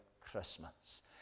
christmas